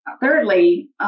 Thirdly